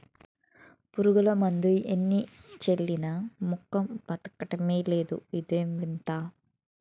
పురుగుమందులు ఎన్ని చల్లినా మొక్క బదకడమే లేదు ఇదేం వింత?